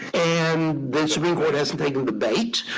and the supreme court hasn't taken the bait.